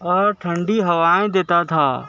اور ٹھنڈی ہوائیں دیتا تھا